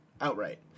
outright